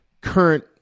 current